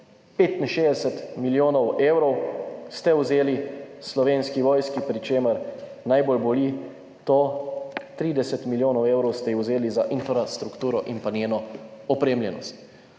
65 milijonov evrov ste vzeli Slovenski vojski, pri čemer najbolj boli to: 30 milijonov evrov ste ji vzeli za infrastrukturo in pa njeno opremljenost.